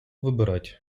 вибирать